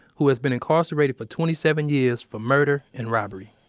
who has been incarcerated for twenty seven years for murder and robbery.